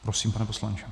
Prosím, pane poslanče.